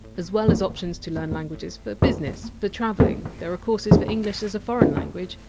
as well as options to learn languages for business, for travelling, there are courses for english as a foreign language,